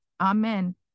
Amen